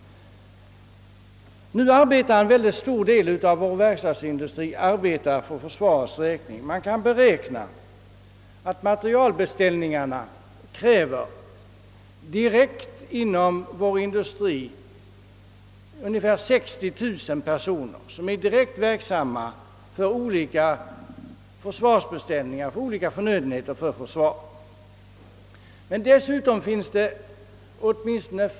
Nu arbetar en mycket stor del av vår verkstadsindustri för försvarets räkning. Ungefär 60 000 personer är direkt verksamma för olika materialbeställningar: från. försvaret. Dessutom måste åtminstone.